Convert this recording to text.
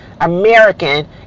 American